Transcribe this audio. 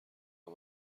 عمل